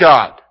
God